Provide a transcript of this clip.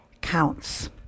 counts